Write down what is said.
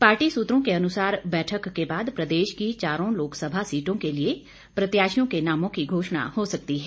party सूत्रों के अनुसार बैठक के बाद प्रदेश की चारों लोकसभा सीटों के लिए प्रत्याशियों के नामों की घोषणा हो सकती है